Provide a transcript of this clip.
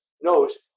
knows